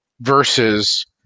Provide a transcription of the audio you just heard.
versus